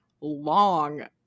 long